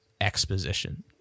exposition